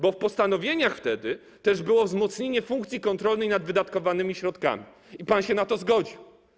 Bo w postanowieniach wtedy było też wzmocnienie funkcji kontrolnej nad wydatkowanymi środkami i pan się na to zgodził.